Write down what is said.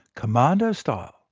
commando style?